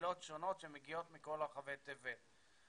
מקהילות שונות שמגיעות מכל רחבי תבל.